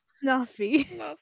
Snuffy